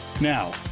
Now